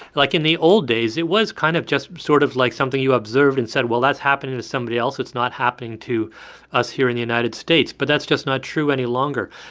like, in the old days, it was kind of just sort of, like, something you observed and said, well, that's happening to somebody else. it's not happening to us here in the united states. states. but that's just not true any longer.